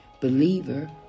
believer